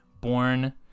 Born